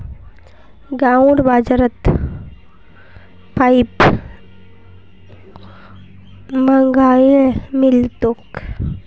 गांउर बाजारत पाईप महंगाये मिल तोक